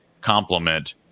complement